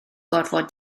gorfod